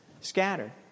scattered